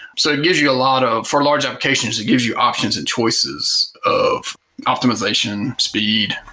so gives you a lot of for large applications, it gives you options and choices of optimization, speed,